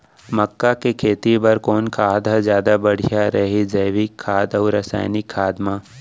मक्का के खेती बर कोन खाद ह जादा बढ़िया रही, जैविक खाद अऊ रसायनिक खाद मा?